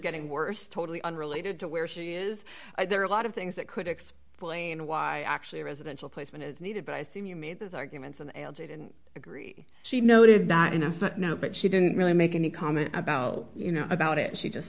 getting worse totally unrelated to where she is there are a lot of things that could explain why actually residential placement is needed but i assume you made those arguments and i agree she noted that enough that now but she didn't really make any comment about you know about it she just